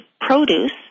produce